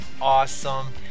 awesome